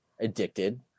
addicted